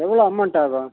எவ்வளோ அமௌண்ட் ஆகும்